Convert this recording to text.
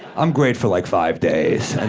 i'm great for like five days, and